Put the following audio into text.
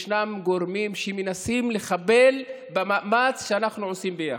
יש גורמים שמנסים לחבל במאמץ שאנחנו עושים ביחד,